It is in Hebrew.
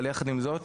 אבל יחד עם זאת,